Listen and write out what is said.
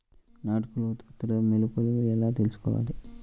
నాటుకోళ్ల ఉత్పత్తిలో మెలుకువలు ఎలా తెలుసుకోవాలి?